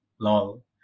LOL